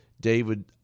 David